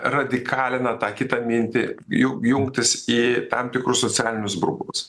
radikalina tą kitą mintį ju jungtis į tam tikrus socialinius burbulus